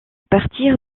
partir